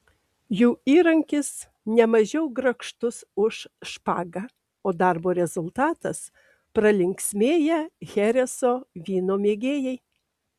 jų įrankis nemažiau grakštus už špagą o darbo rezultatas pralinksmėję chereso vyno mėgėjai